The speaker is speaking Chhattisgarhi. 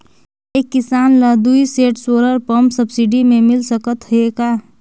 एक किसान ल दुई सेट सोलर पम्प सब्सिडी मे मिल सकत हे का?